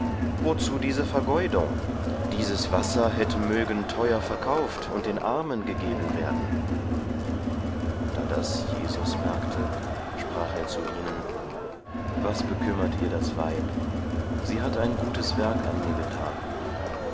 wozu diese vergeudung dieses wasser hätte mögen teuer verkauft und den armen gegeben werden da das jesus merkte sprach er zu ihnen was bekümmert ihr das weib sie hat ein gutes werk an mir getan